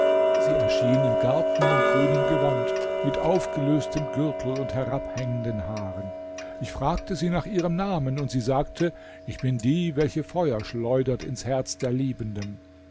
sie erschien im garten in grünem gewand mit aufgelöstem gürtel und herabhängenden haaren ich fragte sie nach ihrem namen und sie sagte ich bin die welche feuer schleudert ins herz der liebenden